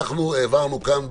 העברנו כאן,